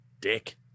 dick